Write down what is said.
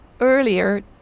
earlier